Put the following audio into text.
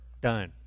done